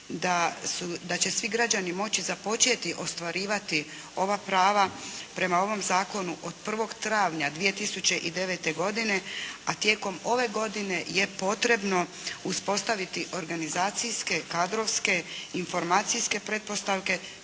da će svi građani moći započeti ostvarivati ova prava prema ovom zakonu od 1. travnja 2009. godine, a tijekom ove godine je potrebno uspostaviti organizacijske, kadrovske, informacijske pretpostavke